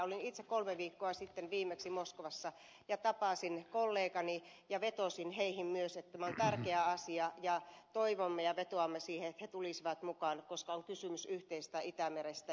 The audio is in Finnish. olin itse kolme viikkoa sitten viimeksi moskovassa ja tapasin kollegani ja vetosin heihin myös että tämä on tärkeä asia ja toivomme ja vetoamme että he tulisivat mukaan koska on kysymys yhteisestä itämerestä